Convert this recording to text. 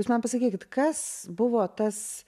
jūs man pasakykit kas buvo tas